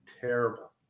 Terrible